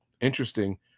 interesting